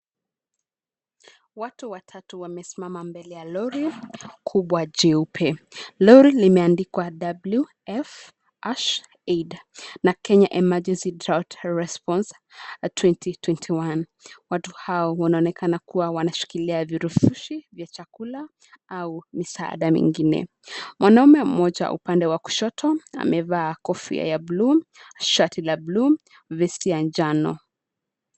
Watu watatu wamesimama mbele ya lori kubwa jeupe, lori limeandikwa WF-AID na Kenya Emergency Drought Response 2021. watu hao wanaonekana kuwa wanashikilia vifurushi vya chakula au misaada mingine. Mwanaume mmoja upande wa kushoto amevaa kofia ya buluu, shati la buluu, vesti ya njano.